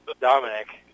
Dominic